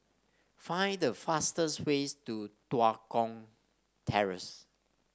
find the fastest way to Tua Kong Terrace